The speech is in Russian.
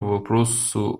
вопросу